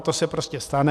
To se prostě stane.